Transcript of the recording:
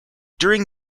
during